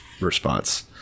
response